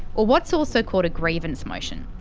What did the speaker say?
or what's also called a grievance motion.